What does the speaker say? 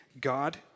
God